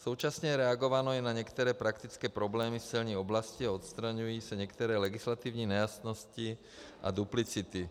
Současně je reagováno i na některé praktické problémy z celní oblasti a odstraňují se některé legislativní nejasnosti a duplicity.